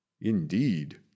Indeed